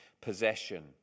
possession